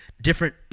Different